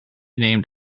named